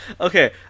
Okay